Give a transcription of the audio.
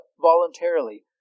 voluntarily